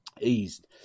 eased